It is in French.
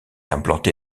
implanté